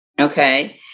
Okay